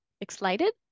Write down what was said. Excited